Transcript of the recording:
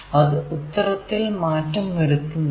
അത് ഉത്തരത്തിൽ മാറ്റം വരുത്തുന്നില്ല